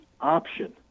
option